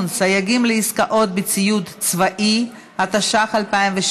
אני קובעת כי הצעת החוק השאלת כלי נגינה,